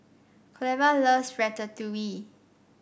Cleva loves Ratatouille